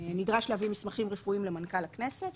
נדרש להביא מסמכים רפואיים למנכ"ל הכנסת,